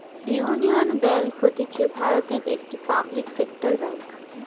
union bank হতিছে ভারতের একটি পাবলিক সেক্টর বেঙ্ক